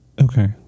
Okay